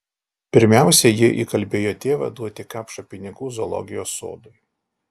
pirmiausia ji įkalbėjo tėvą duoti kapšą pinigų zoologijos sodui